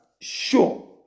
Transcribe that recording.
sure